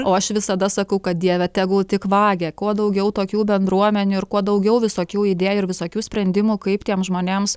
o aš visada sakau kad dieve tegul tik vagia kuo daugiau tokių bendruomenių ir kuo daugiau visokių idėjų ir visokių sprendimų kaip tiems žmonėms